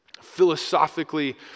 Philosophically